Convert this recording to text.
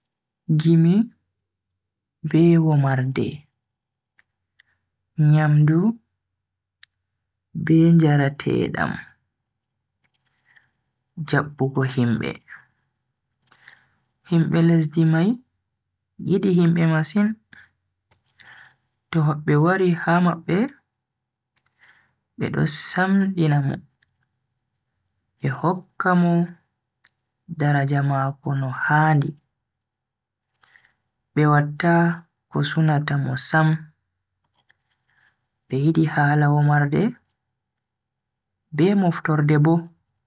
Gimi be womarde, nyamdu be njaratedam, jabbugo himbe. himbe lesdi mai yidi himbe masin, to hobbe wari ha mabbe bedo samdina mo be hokka mo daraja mako no handi be watta ko sunata mo sam. Be yidi hala womarde be moftorde bo.